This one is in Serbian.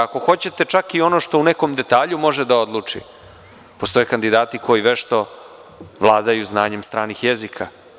Ako hoćete, čak i ono nešto što može o nekom detalju da odluči, postoje kandidati koji vešto vladaju znanjem stranih jezika.